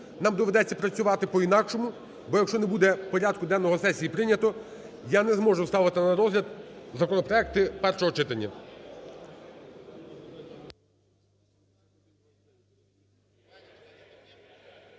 Нам доведеться працювати по-інакшому, бо, якщо не буде порядку денного сесії прийнято, я не зможу ставити на розгляд законопроекти першого читання.